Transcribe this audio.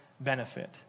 benefit